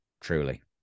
truly